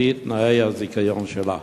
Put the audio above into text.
על-פי תנאי הזיכיון שלה?